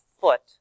foot